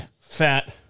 fat